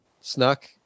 Snuck